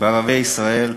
בערביי ישראל,